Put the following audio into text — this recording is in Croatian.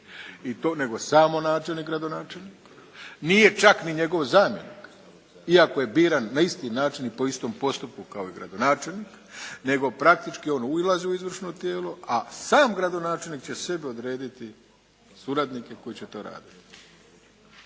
I to, nego samo načelnik, gradonačelnik. Nije čak ni njegov zamjenik iako je biran na isti način i po istom postupku kao i gradonačelnik, nego praktički on ulazi u izvršno tijelo, a sam gradonačelnik će sebi odrediti suradnike koji će to raditi.